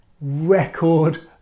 record